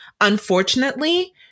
unfortunately